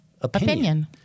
Opinion